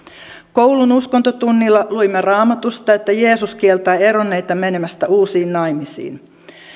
koulun uskontotunnilla luimme raamatusta että jeesus kieltää eronneita menemästä uusiin naimisiin